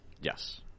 Yes